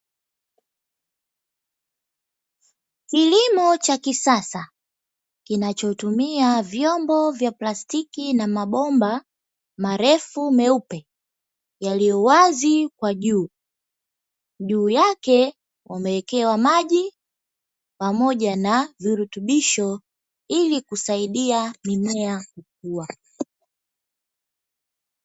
Kilimo cha kisasa kinachotumia vyombo vya plastiki na mabomba marefu meupe yaliyo wazi kwa juu, juu yake yamewekewa maji pamoja na virutubisho ili kusaidia mimea kukua.